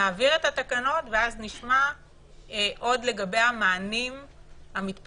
נעביר את התקנות ואז נשמע עוד לגבי המענים שמתפתחים.